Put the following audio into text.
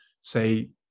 say